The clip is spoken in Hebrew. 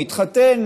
מתחתן,